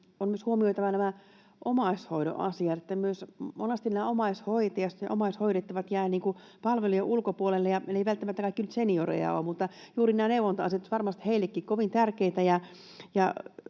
on myös huomioitava nämä omaishoidon asiat. Monesti nämä omaishoitajat ja omaishoidettavat jäävät palvelujen ulkopuolelle, ja vaikka he eivät välttämättä kaikki senioreita ole, niin juuri nämä neuvonta-asiat olisivat varmasti heillekin kovin tärkeitä.